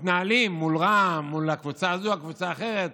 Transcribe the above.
מתנהלים מול רע"מ, מול הקבוצה הזו, הקבוצה האחרת: